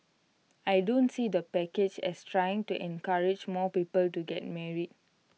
I don't see the package as trying to encourage more people to get married